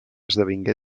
esdevingué